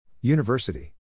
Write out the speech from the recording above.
University